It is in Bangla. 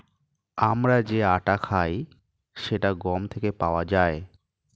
আমরা যে আটা খাই সেটা গম থেকে পাওয়া যায়